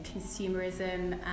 consumerism